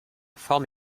forme